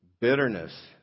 Bitterness